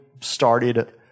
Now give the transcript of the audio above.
started